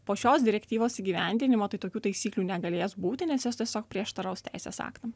po šios direktyvos įgyvendinimo tai tokių taisyklių negalės būti nes jos tiesiog prieštaraus teisės aktam